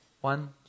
One